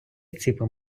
ціпом